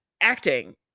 acting